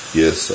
yes